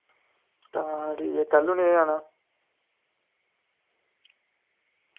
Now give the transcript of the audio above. तां ठीक ऐ कैलूं नेह् जाना